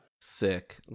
Sick